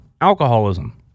alcoholism